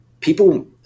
people